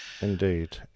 Indeed